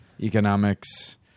Economics